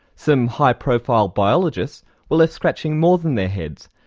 some high profile biologists were left scratching more than their heads,